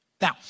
Now